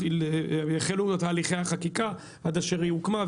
שהחלו תהליכי החקיקה עד אשר הערוץ השני הוקם,